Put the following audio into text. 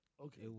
Okay